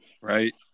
Right